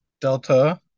Delta